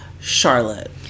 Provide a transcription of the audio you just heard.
Charlotte